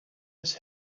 his